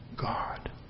God